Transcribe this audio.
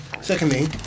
Secondly